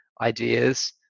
ideas